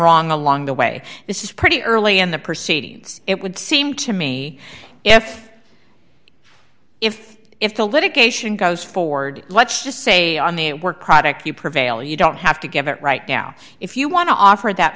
wrong along the way this is pretty early in the proceedings it would seem to me if if if the litigation goes forward let's just say on the it work product you prevail you don't have to get it right now if you want to offer that